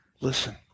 Listen